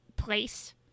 place